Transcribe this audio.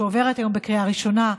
שעוברת היום בקריאה הראשונה,